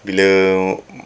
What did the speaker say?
bila